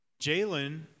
Jalen